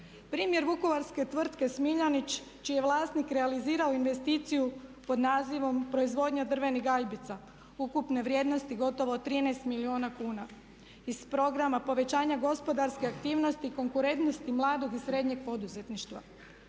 Primjer vukovarske tvrtke Smiljanić čiji je vlasnik realizirao investiciju pod nazivom „Proizvodnja drvenih gajbica“ ukupne vrijednosti gotovo 13 milijuna kuna iz programa povećanja gospodarske aktivnosti i konkurentnosti mladog i srednjeg poduzetništva.